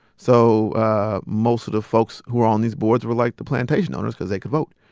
so most of the folks who were on these boards were like the plantation owners because they could vote.